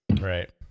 Right